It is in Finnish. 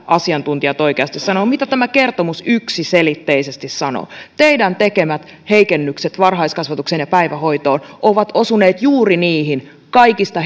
asiantuntijat oikeasti sanovat mitä tämä kertomus yksiselitteisesti sanoo teidän tekemänne heikennykset varhaiskasvatukseen ja päivähoitoon ovat osuneet juuri niihin kaikista